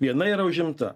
viena yra užimta